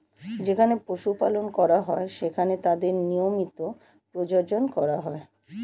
যেখানে পশু পালন করা হয়, সেখানে তাদের নিয়মিত প্রজনন করা হয়